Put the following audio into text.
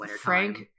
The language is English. frank